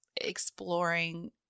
exploring –